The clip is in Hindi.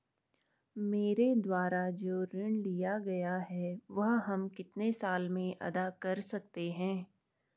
मेरे द्वारा जो ऋण लिया गया है वह हम कितने साल में अदा कर सकते हैं?